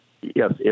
yes